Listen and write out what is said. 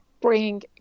bring